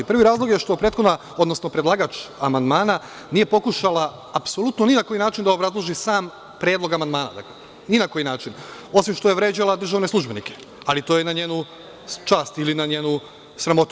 Prvi razlog je što predlagač amandmana nije pokušala apsolutno ni na koji način da obrazloži sam predlog amandmana, ni na koji način, osim što je vređala državne službenike, ali to je na njenu čast ili na njenu sramotu.